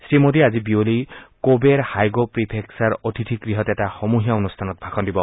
শ্ৰীমোদীয়ে আজি বিয়লি কোবেৰ হায়গ প্ৰিফেকচাৰ অতিথিগৃহত এটা সমূহীয়া অনুষ্ঠানত ভাষণ দিব